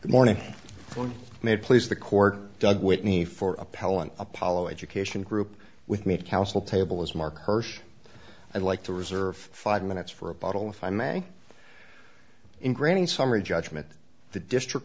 the morning made please the court doug whitney for appellant apollo education group with me to counsel table is mark hersh i'd like to reserve five minutes for a bottle if i may in granting summary judgment the district